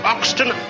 Oxton